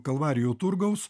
kalvarijų turgaus